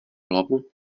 hlavu